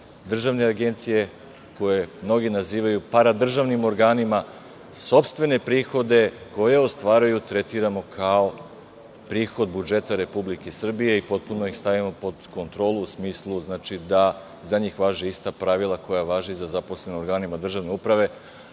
državne agencije, koje mnogi nazivaju paradržavnim organima, sopstvene prihode koje ostvaruju tretiramo kao prihod budžeta Republike Srbije i potpuno ih stavimo pod kontrolu u smislu da za njih važe ista pravila koja važe i za zaposlene u organima državne uprave. To